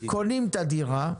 קונים את הדירה,